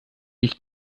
ich